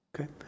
Okay